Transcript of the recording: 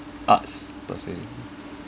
arts per se